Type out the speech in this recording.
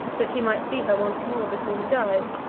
that he might see her once more before he died.